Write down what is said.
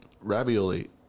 ravioli